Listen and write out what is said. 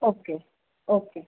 okay okay